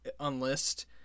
unlist